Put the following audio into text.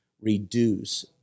reduce